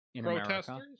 Protesters